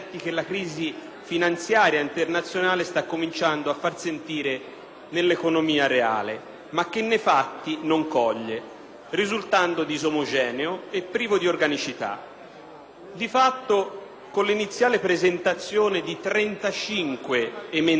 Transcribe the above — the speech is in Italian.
nell'economia reale, ma che nei fatti non coglie, risultando disomogeneo e privo di organicità. Di fatto, con l'iniziale presentazione di 35 emendamenti da parte della maggioranza e del Governo, ognuno diverso